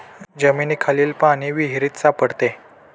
जमिनीखालील पाणी विहिरीत सापडते